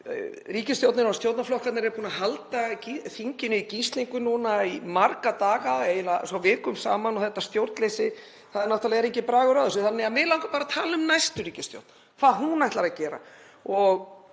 Ríkisstjórnin og stjórnarflokkarnir eru búin að halda þinginu í gíslingu núna í marga daga, eiginlega vikum saman og þetta stjórnleysi, það er náttúrlega enginn bragur á þessu. Þannig að mig langar bara að tala um næstu ríkisstjórn, hvað hún ætlar að gera.